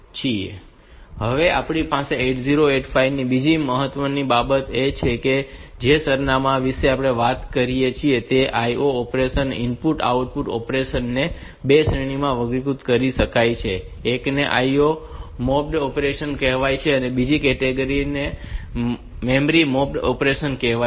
હવે આપણી પાસે 8085 માં બીજી મહત્વની બાબત એ છે કે આપણે જે સરનામાં વિશે વાત કરી છે તે IO operation input output operation ને 2 શ્રેણીઓમાં વર્ગીકૃત કરી શકાય છે એકને IO મેપ્ડ ઑપરેશન કહેવાય છે અને બીજી કૅટેગરી ને મેમરી મેપ્ડ ઑપરેશન કહેવાય છે